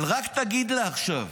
אבל רק תגיד לה עכשיו